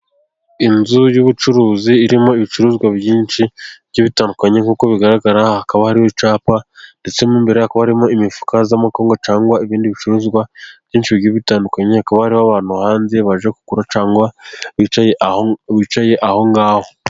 inzu y'ubucuruzi irimo ibicuruzwa byinshi bigiye bitandukanye. Nk'uko bigaragara hakaba hariho icyapa, ndetse mo imbere hakaba harimo imifuka y'amakawunga cyangwa ibindi bicuruzwa byinshi bigiye bitandukanye. Hakaba hariho abantu hanze baje kugura, cyangwa bicaye aho bicaye aho ngaho.